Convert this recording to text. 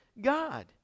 God